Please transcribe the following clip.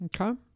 okay